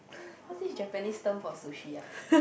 what's this Japanese term for sushi ah